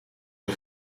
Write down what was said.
een